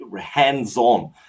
hands-on